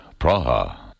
Praha